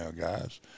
guys